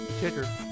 kicker